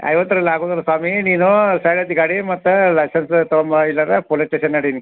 ಐವತ್ರಲ್ಲಿ ಆಗುದಿಲ್ಲ ಸ್ವಾಮಿ ನೀನು ಸೈಡ್ ಅಚ್ ಗಾಡಿ ಮತ್ತು ಲೈಸನ್ಸ್ ತಗೊಂಬಾ ಇಲ್ಲರ ಪೋಲಿಸ್ ಸ್ಟೇಷನ್ ನಡಿ ನಿ